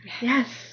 yes